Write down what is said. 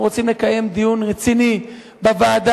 אנחנו רוצים לקיים דיון רציני בוועדה,